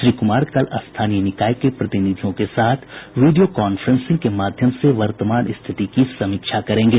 श्री कुमार कल स्थानीय निकाय के प्रतिनिधियों के साथ वीडियो कॉफ्रेंसिंग के माध्यम से वर्तमान स्थिति की समीक्षा बैठक करेंगे